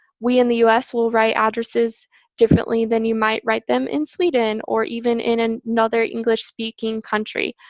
we, in the us, will write addresses differently than you might write them in sweden or even in and another english-speaking country.